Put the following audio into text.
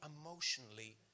emotionally